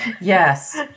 Yes